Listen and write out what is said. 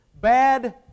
Bad